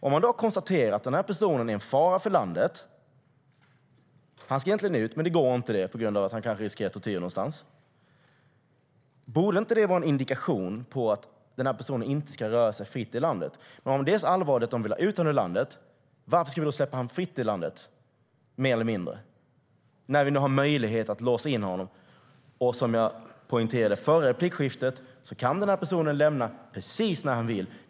När det har konstaterats att personen är en fara för landet och ska ut, men det går inte på grund av risken för tortyr, borde det inte vara en indikation på att personen inte ska röra sig fritt i landet? Om det är så allvarligt att Säkerhetspolisen vill ha ut personen ur landet, varför ska han släppas fritt i landet när det finns en möjlighet att låsa in honom? Jag poängterade i förra replikskiftet att personen kan lämna landet precis när han vill.